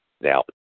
Now